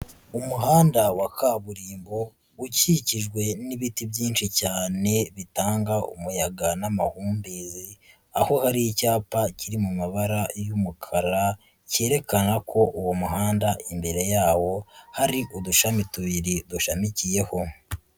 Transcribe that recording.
Umuhanda wa kaburimbo ukikijwe n'ibiti byinshi cyane bitanga umuyaga n'amahumbezi, aho ari icyapa kiri mu mabara y'umukara kerekana ko uwo muhanda imbere yawo hari udushami tubiri dushamikiyeho.